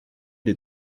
des